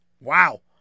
Wow